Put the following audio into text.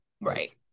Right